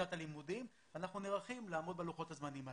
שנת הלימודים ואנחנו נערכים לעמוד בלוחות הזמנים הללו.